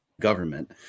government